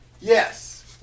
Yes